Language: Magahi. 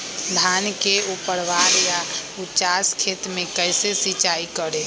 धान के ऊपरवार या उचास खेत मे कैसे सिंचाई करें?